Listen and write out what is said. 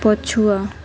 ପଛୁଆ